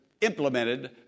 implemented